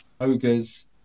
ogres